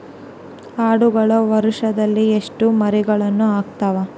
ಆಡುಗಳು ವರುಷದಲ್ಲಿ ಎಷ್ಟು ಮರಿಗಳನ್ನು ಹಾಕ್ತಾವ ರೇ?